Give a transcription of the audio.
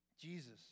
Jesus